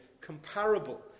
comparable